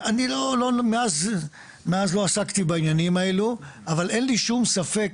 מאז לא עסקתי בעניינים האלו, אבל אין לי שום ספק